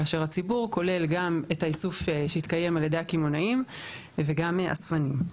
כאשר הציבור כולל גם את האיסוף שהתקיים על ידי הקמעונאים וגם מאספנים.